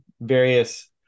various